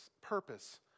purpose